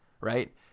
Right